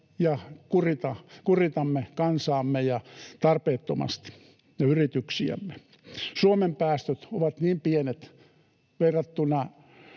ja kuritamme kansaamme ja yrityksiämme tarpeettomasti. Suomen päästöt ovat niin pienet verrattuna